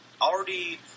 already